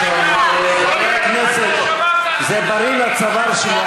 חברי הכנסת, זה בריא לצוואר שלי.